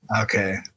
okay